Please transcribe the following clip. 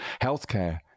Healthcare